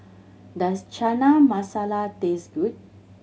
does Chana Masala taste good